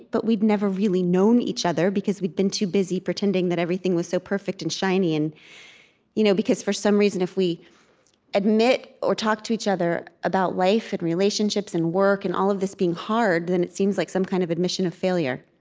but we'd never really known each other because we'd been too busy pretending that everything was so perfect and shiny, you know because for some reason, if we admit or talk to each other about life and relationships and work and all of this being hard, then it seems like some kind of admission of failure,